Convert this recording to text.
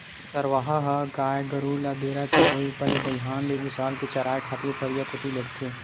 चरवाहा ह गाय गरु ल बेरा के होय ऊपर ले दईहान ले उसाल के चराए खातिर परिया कोती लेगथे